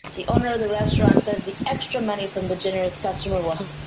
the owner of the restaurant says the extra money from the generous customer. well.